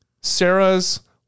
Sarah's